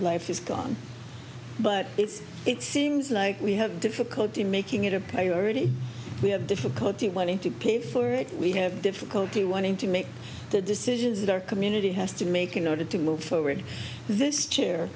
life is gone but if it seems like we have difficulty making it a priority we have difficulty wanting to pay for it we have difficulty wanting to make the decisions that our community has to make in order to move forward this chair